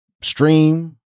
stream